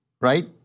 right